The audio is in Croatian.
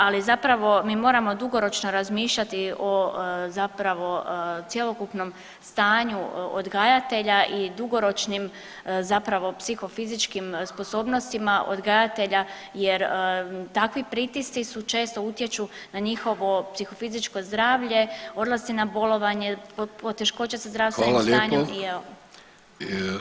Ali zapravo mi moramo dugoročno razmišljati o zapravo cjelokupnom stanju odgajatelja i dugoročnim zapravo psihofizičkim sposobnostima odgajatelja jer takvi pritisci su često utječu na njihovo psihofizičko zdravlje, odlasci na bolovanje, poteškoće sa zdravstvenim stanjem [[Upadica: Hvala lijepo.]] i evo